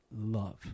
love